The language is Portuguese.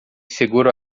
seguro